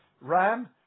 ram